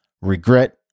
regret